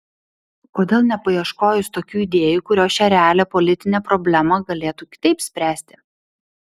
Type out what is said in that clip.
kodėl nepaieškojus tokių idėjų kurios šią realią politinę problemą galėtų kitaip spręsti